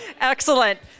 excellent